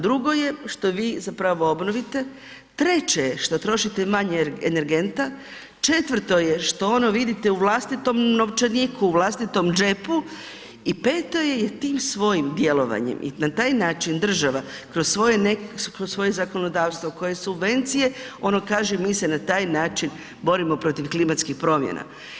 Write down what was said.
Drugo je što vi zapravo obnovite, treće je što trošite manje energenta, četvrto je što ono vidite u vlastitom novčaniku u vlastitom džepu i peto je i tim svojim djelovanjem i na taj način država kroz svoje zakonodavstvo koje subvencije ono kaže mi se na taj način borimo protiv klimatskih promjena.